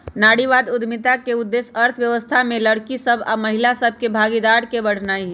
नारीवाद उद्यमिता के उद्देश्य अर्थव्यवस्था में लइरकि सभ आऽ महिला सभ के भागीदारी के बढ़ेनाइ हइ